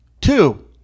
Two